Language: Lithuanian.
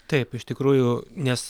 taip iš tikrųjų nes